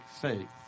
faith